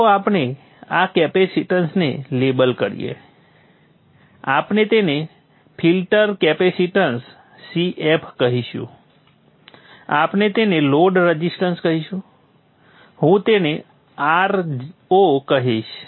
ચાલો આપણે આ કેપેસિટન્સને લેબલ કરીએ આપણે તેને ફિલ્ટર કેપેસિટન્સ Cf કહીશું આપણે તેને લોડ રઝિસ્ટન્સ કહીશ હું તેને Ro કહીશ